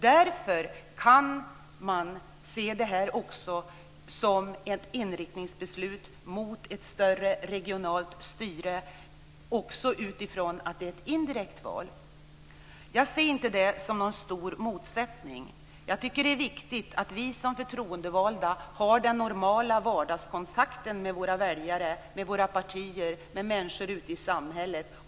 Man kan därför se det här som ett inriktningsbeslut mot mer av ett regionalt styre också utifrån att det handlar om ett indirekt val. Jag ser inte någon stor motsättning på den punkten. Jag tycker att det är viktigt att vi som förtroendevalda har en normal vardagskontakt med våra väljare, med våra partier och med människor ute i samhället.